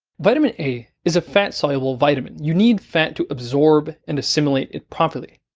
vitamin a is a fat soluble vitamin, you need fat to absorb and assimilate it properly.